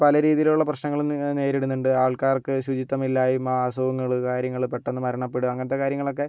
പല രീതിയിലുള്ള പ്രശ്നങ്ങളും നേരിടുന്നുണ്ട് ആൾക്കാർക്ക് ശുചിത്വമില്ലായ്മ അസുഖങ്ങള് കാര്യങ്ങള് പെട്ടെന്ന് മരണപ്പെടുക അങ്ങനത്തെ കാര്യങ്ങളൊക്കെ